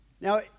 Now